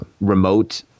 remote